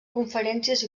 conferències